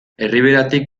erriberatik